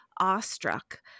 awestruck